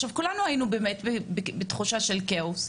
עכשיו, כולנו היינו באמת בתחושה של כאוס,